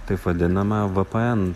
taip vadinamą vpn